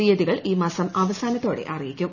തീയതികൾ ഈ മാസം അവസാനത്തോടെ അറിയിക്കും